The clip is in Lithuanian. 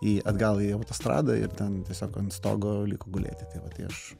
į atgal į autostradą ir ten tiesiog ant stogo liko gulėti tai va tai aš